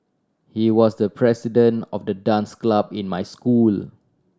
he was the president of the dance club in my school